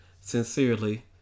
Sincerely